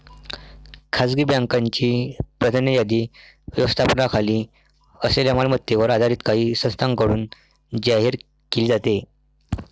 खासगी बँकांची प्राधान्य यादी व्यवस्थापनाखाली असलेल्या मालमत्तेवर आधारित काही संस्थांकडून जाहीर केली जाते